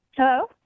Hello